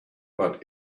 but